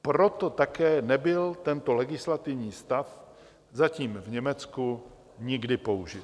Proto také nebyl tento legislativní stav zatím v Německu nikdy použit.